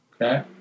Okay